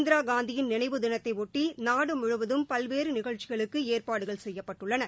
இந்திரா காந்தியின் நினைவு தினத்தையொட்டி நாடு முழுவதும் பல்வேறு நிகழ்ச்சிகளுக்கு ஏற்பாடுகள் செய்யப்பட்டுள்ளன